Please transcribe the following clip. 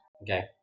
Okay